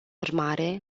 urmare